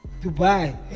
Dubai